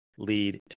lead